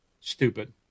Stupid